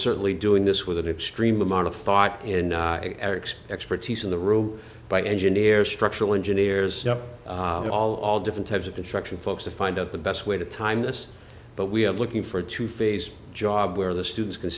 certainly doing this with an extreme amount of thought in eric's expertise in the room by engineers structural engineers all all different types of construction folks to find out the best way to time this but we have looking for a two phase job where the students can